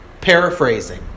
paraphrasing